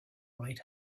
might